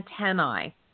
antennae